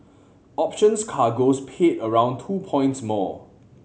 options cargoes paid around two points more